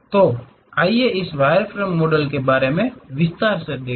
तो आइए इस वायरफ्रेम मॉडल के बारे में विस्तार से देखें